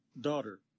daughter